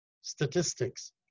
statistics